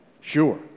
sure